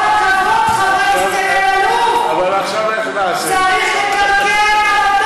כל הכבוד, חבר הכנסת אלאלוף, אבל עכשיו, איך נעשה?